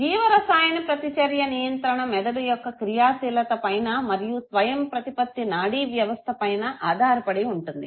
జీవరసాయన ప్రతిచర్య నియంత్రణ మెదడు యొక్క క్రియాశీలత పైన మరియు స్వయంప్రతిపత్తి నాడీ వ్యవస్థ పైన ఆధారపడి ఉంటుంది